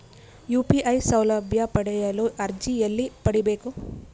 UPI ಸೌಲಭ್ಯ ಪಡೆಯಲು ಅರ್ಜಿ ಎಲ್ಲಿ ಪಡಿಬೇಕು?